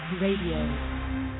Radio